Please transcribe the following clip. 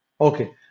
Okay